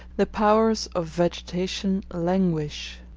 the powers of vegetation languish,